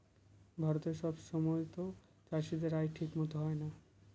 ভারতে সব সময়তো চাষীদের আয় ঠিক মতো হয় না